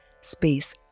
space